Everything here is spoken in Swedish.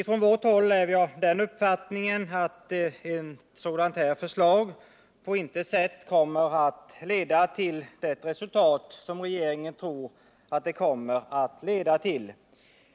Från vårt håll är vi av den uppfattningen att ett sådant här förslag på intet sätt kommer att leda till det resultat som regeringen tror.